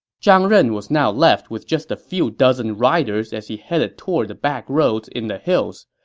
zhang ren was now left with just a few dozen riders as he headed toward the back roads in the hills.